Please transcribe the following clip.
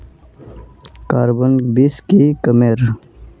Carbine बीस की कमेर?